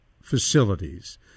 facilities